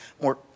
more